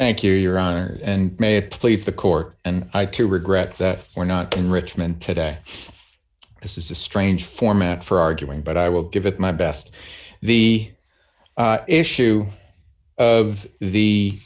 thank you your honour's and may it please the court and i too regret that we're not in richmond today this is a strange format for arguing but i will give it my best the issue of the